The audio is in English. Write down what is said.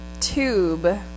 tube